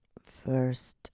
first